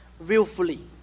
willfully